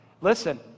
Listen